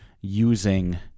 using